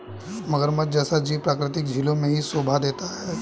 मगरमच्छ जैसा जीव प्राकृतिक झीलों में ही शोभा देता है